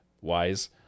wise